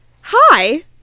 Hi